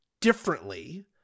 differently